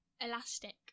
Elastic